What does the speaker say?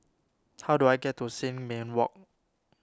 how do I get to Sin Ming Walk